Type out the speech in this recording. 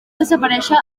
desaparèixer